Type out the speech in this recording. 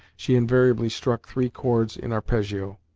she invariably struck three chords in arpeggio.